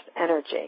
energy